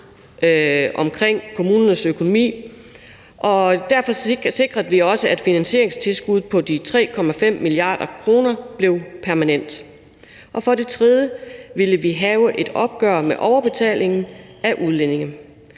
omkring kommunernes økonomi, og derfor sikrede vi også, at finansieringstilskuddet på 3,5 mia. kr. blev permanent. For det tredje ville vi have et opgør med overbetalingen for udlændinge.